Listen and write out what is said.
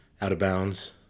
out-of-bounds